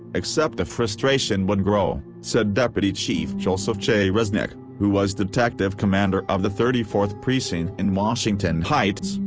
except the frustration would grow, said deputy chief joseph j. reznick, who was detective commander of the thirty fourth precinct in washington heights,